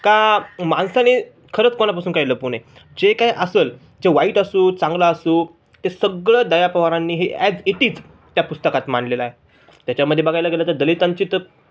का माणसाने खरंच कोणापासून काय लपवू नये जे काय असेल जे वाईट असो चांगलं असो ते सगळं दया पवारांनी हे ॲज इट इज त्या पुस्तकात मानलेलं आहे त्याच्यामध्ये बघायला गेलं तर दलितांची तर